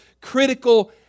critical